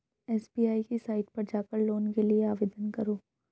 SBI की site पर जाकर लोन के लिए आवेदन करो